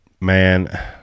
man